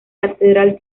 catedral